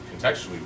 contextually